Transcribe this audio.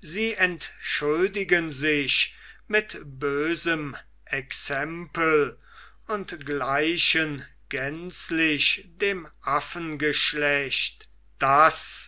sie entschuldigen sich mit bösem exempel und gleichen gänzlich dem affengeschlecht das